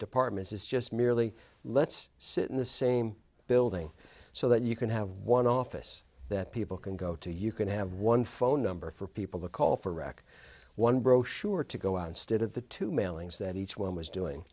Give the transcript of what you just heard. departments is just merely let's sit in the same building so that you can have one office that people can go to you can have one phone number for people to call for rock one brochure to go out instead of the two mailings that each one was doing